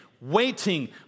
waiting